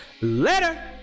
later